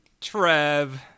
Trev